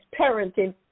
parenting